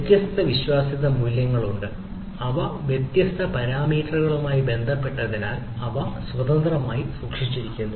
വ്യത്യസ്ത വിശ്വാസ്യത മൂല്യങ്ങളുണ്ട് അവ വ്യത്യസ്ത പാരാമീറ്ററുകളുമായി ബന്ധപ്പെട്ടതിനാൽ അവ സ്വതന്ത്രമായി സൂക്ഷിച്ചിരിക്കുന്നു